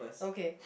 okay